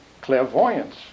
clairvoyance